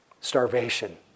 starvation